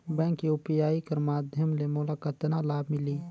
Bank UPI कर माध्यम ले मोला कतना लाभ मिली?